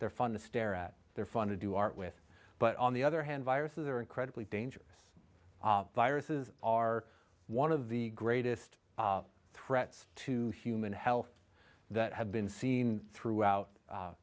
they're fun to stare at they're fun to do art with but on the other hand viruses are incredibly dangerous viruses are one of the greatest threats to human health that have been seen throughout